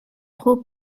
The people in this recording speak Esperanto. tro